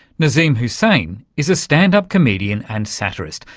nazeem hussain is a stand-up comedian and satirist,